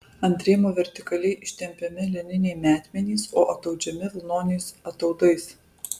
ant rėmo vertikaliai ištempiami lininiai metmenys o ataudžiami vilnoniais ataudais